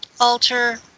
alter